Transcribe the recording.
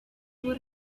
would